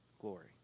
glory